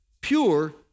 pure